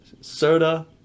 soda